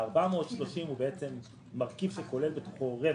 ה-430 שקל הוא בעצם מרכיב שכולל בתוכו רווח.